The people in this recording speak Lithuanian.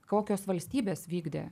kokios valstybės vykdė